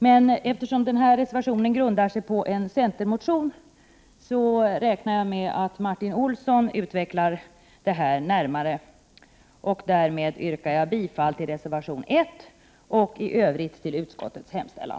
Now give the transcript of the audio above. Men eftersom den reservationen grundar sig på en centermotion, räknar jag med att Martin Olsson kommer att närmare utveckla detta. Därmed yrkar jag bifall till reservation 1 och i övrigt till utskottets hemställan.